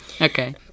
Okay